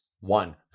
one